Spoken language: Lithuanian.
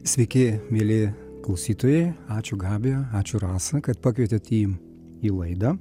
sveiki mieli klausytojai ačiū gabija ačiū rasa kad pakvietėt į į laidą